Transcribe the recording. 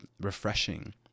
refreshing